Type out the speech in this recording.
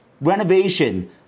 renovation